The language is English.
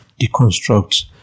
deconstruct